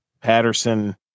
Patterson